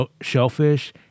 shellfish